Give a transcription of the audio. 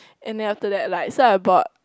and then after that like so I bought